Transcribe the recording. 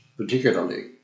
Particularly